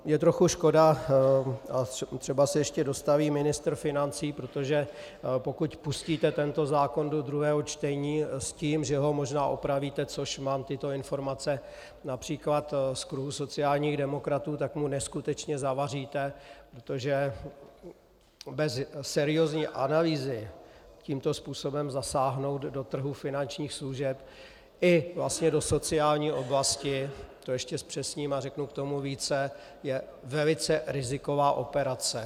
Je trochu škoda, třeba se ještě dostaví ministr financí, protože pokud pustíte tento zákon do druhého čtení s tím, že ho možná opravíte, což mám tyto informace např. z kruhu sociálních demokratů, tak mu neskutečně zavaříte, protože bez seriózní analýzy tímto způsobem zasáhnout do trhu finančních služeb i vlastně do sociální oblasti to ještě zpřesním a řeknu k tomu více je velice riziková operace.